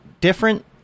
different